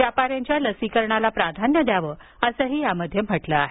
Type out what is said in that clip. व्यापाऱ्यांच्या लसीकरणाला प्राधान्य द्यावं असंही यात म्हटल आहे